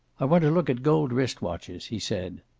i want to look at gold wrist-watches, he said.